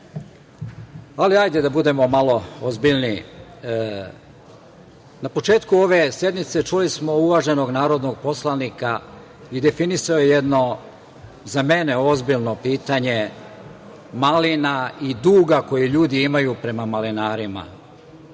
hajde da budemo malo ozbiljniji. Na početku ove sednice čuli smo uvaženog narodnog poslanika i definisao je jedno, za mene, ozbiljno pitanje malina i duga koji ljudi imaju prema malinarima.